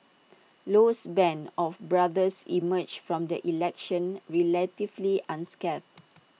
Low's Band of brothers emerged from the election relatively unscathed